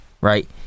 right